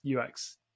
ux